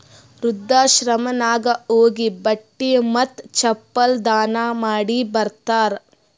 ವೃದ್ಧಾಶ್ರಮನಾಗ್ ಹೋಗಿ ಬಟ್ಟಿ ಮತ್ತ ಚಪ್ಪಲ್ ದಾನ ಮಾಡಿ ಬರ್ತಾರ್